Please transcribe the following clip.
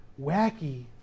wacky